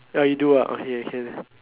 oh you do ah okay can